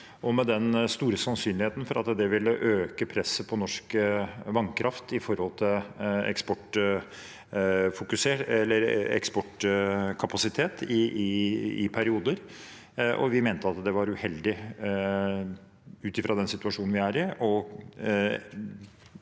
og med den store sannsynligheten for at det ville øke presset på norsk vannkraft når det gjelder eksportkapasitet i perioder. Vi mente det var uheldig. I den situasjonen vi var i,